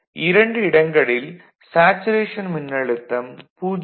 இரண்டு இடங்களில் சேச்சுரேஷன் மின்னழுத்தம் 0